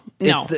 no